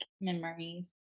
memories